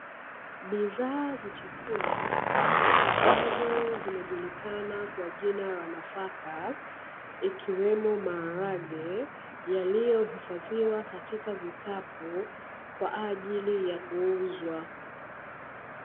Bidhaaa za chakula, ambazo zinajulikana kwa jina la nafaka, ikiwemo maharage yaliyohifadhiwa katika vikapu, kwa ajili ya kuuzwa.